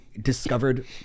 discovered